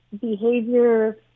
behavior